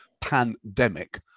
pandemic